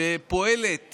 שפועלת